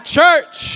church